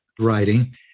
writing